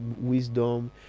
wisdom